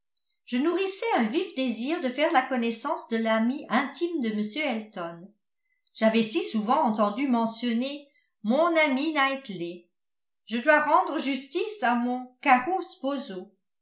je nourrissais un vif désir de faire la connaissance de l'ami intime de m elton j'avais si souvent entendu mentionner mon ami knightley je dois rendre justice à mon caro sposo